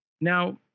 Now